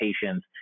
patients